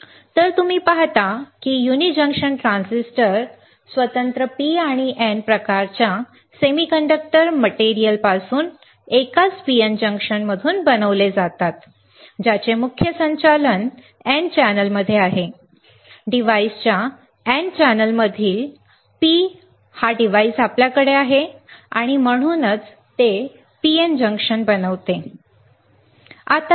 तर तुम्ही पाहता की युनि जंक्शन ट्रान्झिस्टर स्वतंत्र P आणि N प्रकारच्या सेमीकंडक्टर मटेरियलमधून एकाच PN जंक्शनमधून बनवले जातात ज्याचे मुख्य संचालन N चॅनेलमध्ये आहे डिव्हाइसच्या N चॅनेलमधील डिव्हाइस आपल्याकडे हा P आहे आणि म्हणूनच ते PN जंक्शन बनवते हे एक बनावट आहे